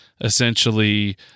essentially